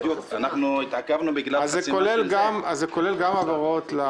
זה כולל גם העברות.